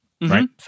right